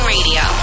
Radio